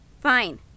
Fine